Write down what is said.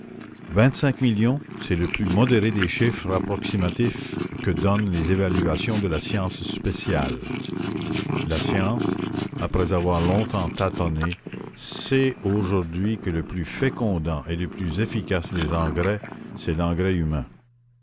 vingt-cinq millions c'est le plus modéré des chiffres approximatifs que donnent les évaluations de la science spéciale la science après avoir longtemps tâtonné sait aujourd'hui que le plus fécondant et le plus efficace des engrais c'est l'engrais humain